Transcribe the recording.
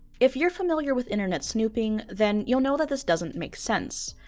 if you're familiar with internet snooping, then you'll know that this doesn't make sense.